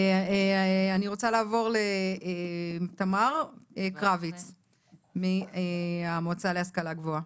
אני רוצה לעבור לתמר קרביץ, מהמועצה להשכלה גבוהה.